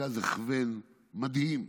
מרכז הכוון מדהים,